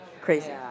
crazy